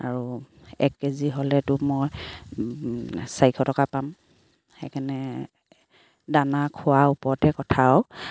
আৰু এক কেজি হ'লেতো মই চাৰিশ টকা পাম সেইকাৰণে দানা খোৱাৰ ওপৰতে কথা আৰু